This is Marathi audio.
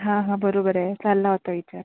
हां हां बरोबर आहे चालला होता विचार